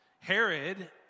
Herod